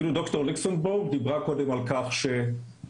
אפילו ד"ר לוקסנבורג דיברה קודם כל כך שתרופות